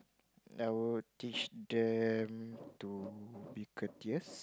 I would teach them to be courteous